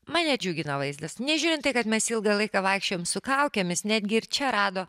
mane džiugina vaizdas nežiūrint tai kad mes ilgą laiką vaikščiojom su kaukėmis netgi ir čia rado